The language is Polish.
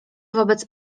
wobec